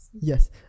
yes